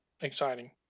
exciting